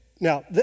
Now